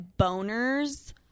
boners